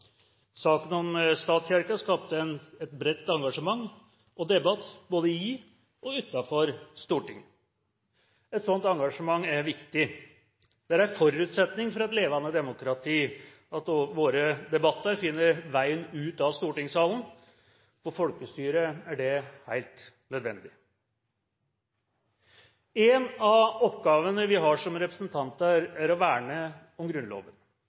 Saken om statskirken skapte et bredt engasjement og debatt både i og utenfor Stortinget. Et slikt engasjement er viktig. Det er en forutsetning for et levende demokrati at våre debatter også finner veien ut av stortingssalen. For folkestyret er det helt nødvendig. En av oppgavene vi har som representanter, er å verne om Grunnloven.